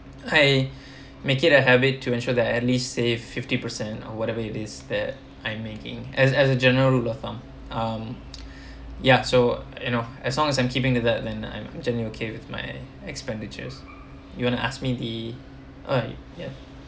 I make it a habit to ensure that at least save fifty percent or whatever it is that I'm making as as a general rule of thumb um ya so you know as long as I'm keeping the that I'm generally okay with my expenditures you want to ask me the uh ya